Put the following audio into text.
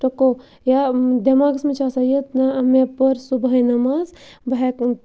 ٹٕکو یا دٮ۪ماغَس مَنٛز چھِ آسان یہِ نہ مےٚ پٔر صُبحٲے نٮ۪ماز بہٕ ہٮ۪کہٕ